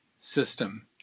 system